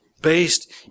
based